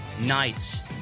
nights